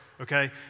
okay